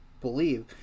believe